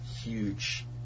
huge